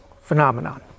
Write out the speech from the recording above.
phenomenon